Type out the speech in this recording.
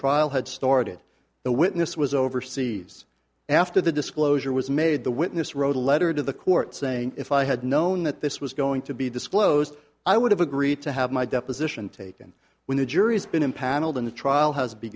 trial had started the witness was overseas after the disclosure was made the witness wrote a letter to the court saying if i had known that this was going to be disclosed i would have agreed to have my deposition taken when the jury has been impaneled and the trial has